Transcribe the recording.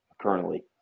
currently